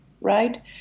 right